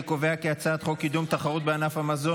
אני קובע כי הצעת חוק קידום התחרות בענף המזון